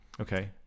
Okay